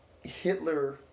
Hitler